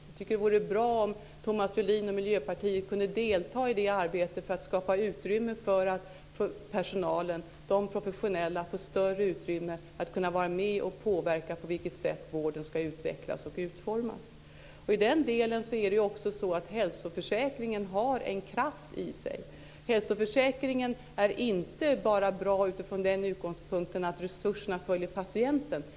Vi tycker att det vore bra om Thomas Julin och Miljöpartiet kunde delta i det arbetet för att skapa utrymme för att personalen, de professionella, får större utrymme att vara med och påverka på vilket sätt vården ska utvecklas och utformas. I den delen är det också så att hälsoförsäkringen har en kraft i sig. Hälsoförsäkringen är inte bara bra utifrån den utgångspunkten att resurserna följer patienten.